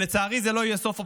לצערי זה לא יהיה סוף פסוק,